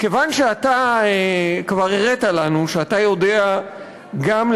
כיוון שאתה כבר הראית לנו שאתה יודע להזיז